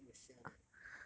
my class don't give a shit [one] eh